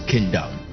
Kingdom